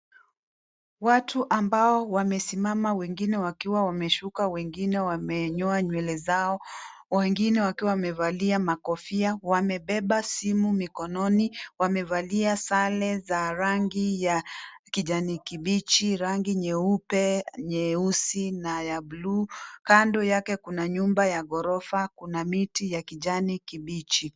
Watu ambao wamesimama wengine wakiwa wameshika wengine wamenyoa nywele zao wengine wakiwa wamevalia makofia wamebeba simu mikononi, wamevalia sare za rangi ya kijani kibichi, rangi nyeupe, nyeusi na ya bluu. Kando yake kuna nyumba ya ghorofa. Kuna miti ya kijani kibichi.